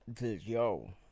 Yo